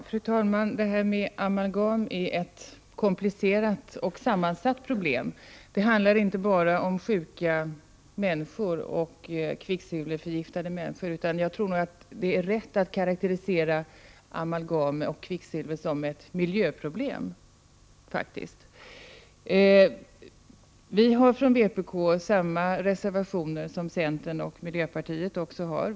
Fru talman! Frågan om amalgam är ett komplicerat och sammansatt problem. Det handlar inte bara om sjuka och kvicksilverförgiftade människor utan det är nog rätt att karakterisera amalgam och kvicksilver som ett miljöproblem. Vi har från vpk samma reservationer som centern och miljöpartiet.